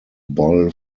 bull